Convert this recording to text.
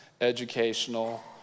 educational